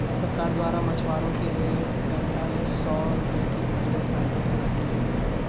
सरकार द्वारा मछुआरों के लिए पेंतालिस सौ रुपये की दर से सहायता प्रदान की जाती है